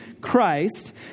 Christ